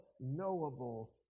knowable